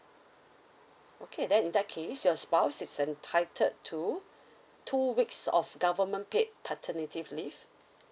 okay then in that case your spouse is entitled to two weeks of government paid paternity leave